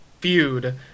feud